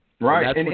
Right